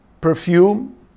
perfume